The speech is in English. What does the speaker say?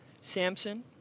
Samson